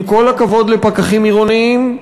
עם כל הכבוד לפקחים עירוניים,